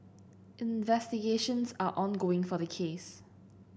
investigations are ongoing for the case